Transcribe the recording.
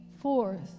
forth